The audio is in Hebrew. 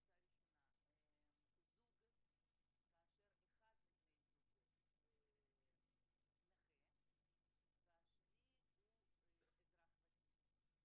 הקבוצה הראשונה זוג כאשר אחד מבני הזוג נכה והשני הוא אזרח ותיק.